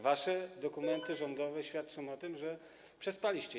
Wasze dokumenty rządowe świadczą o tym, że przespaliście to.